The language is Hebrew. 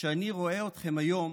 כשאני רואה אתכם היום,